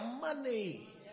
money